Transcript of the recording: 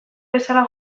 bezala